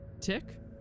Tick